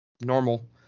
normal